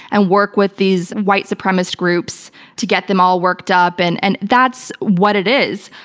and work with these white supremacist groups to get them all worked up, and and that's what it is.